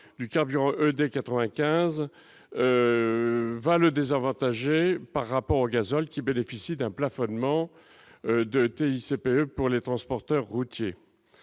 le carburant ED95 va désavantager celui-ci par rapport au gazole, qui bénéficie d'un plafonnement de TICPE pour les transporteurs routiers.